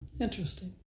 interesting